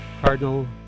Cardinal